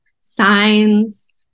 signs